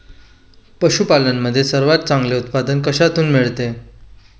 पशूपालन मध्ये सर्वात चांगले उत्पादन कशातून मिळते?